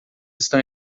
estão